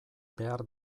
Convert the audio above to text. behar